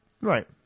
Right